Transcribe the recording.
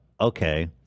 okay